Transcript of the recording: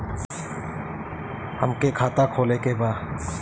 हमके खाता खोले के बा?